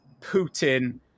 Putin